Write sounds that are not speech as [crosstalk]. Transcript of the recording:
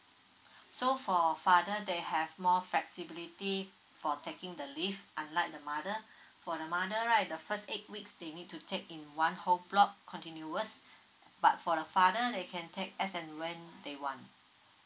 [breath] so for father they have more flexibility for taking the leave unlike the mother [breath] for the mother right the first eight weeks they need to take in one whole block continuous [breath] but for the father they can take as and when they want